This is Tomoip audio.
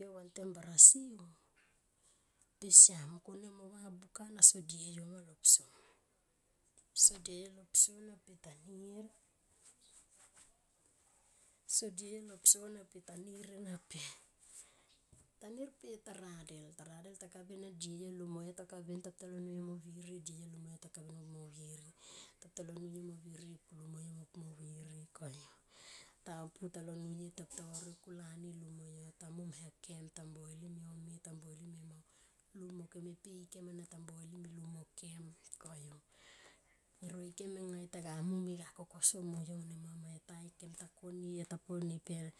yo vantem bara si pesiam mung kone mo va buka na pe so die yo ma lo pso so die yo lo pso na pe ta nir ena pe tanir pe ta radel ta radel taka ben ena pe die yo lu mo yo taka ben. Ta pu talo nuye mo viri die yo lo lu mo yo taka ben mo viri. tapu talo nuye mo viri lu mo yo mo pu mo viri koyu. Tapu talo nuye ta vauri kula ni lumo yo ta mom na kem ta mboilim e home ta mboilim e mau lumo kem e pe ikemana ta mboilim i lumo kem koyu e roikeron anga yo taga momi ga koko so mo yo nema ma kem ta koni pe.